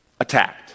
attacked